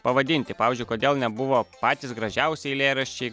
pavadinti pavyzdžiui kodėl nebuvo patys gražiausi eilėraščiai